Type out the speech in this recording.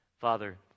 Father